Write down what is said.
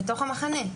בתוך המחנה.